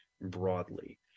broadly